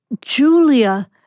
Julia